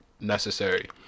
necessary